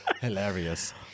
Hilarious